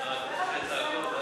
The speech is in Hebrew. מה אתה עושה פה?